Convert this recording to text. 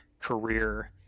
career